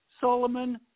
Solomon